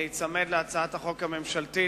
להיצמד להצעת החוק הממשלתית.